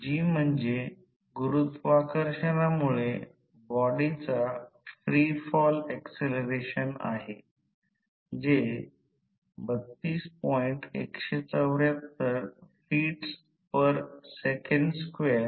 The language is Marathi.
तर परंतु दोन्ही बाजूंनी ते केले जाऊ शकते दोन्ही बाजूंनी कधीकधी समजा व्होल्टेज पातळी उपलब्ध नसेल